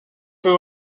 peu